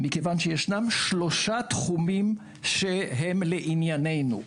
מכיוון שישנם שלושה תחומים שהם לעניינו.